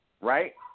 Right